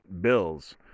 bills